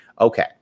Okay